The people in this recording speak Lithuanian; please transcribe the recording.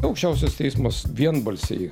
aukščiausias teismas vienbalsiai